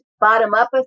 bottom-up